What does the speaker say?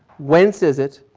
whence is it?